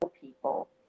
people